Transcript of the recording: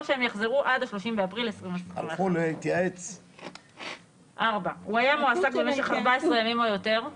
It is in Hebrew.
או שיחזרו עד ה-30 אפריל 2021. 4) הוא היה מועסק במשך 14 ימים או יותר,